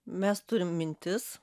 mes turim mintis